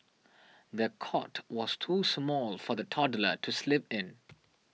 the cot was too small for the toddler to sleep in